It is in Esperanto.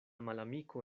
malamiko